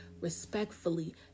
respectfully